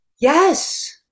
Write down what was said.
yes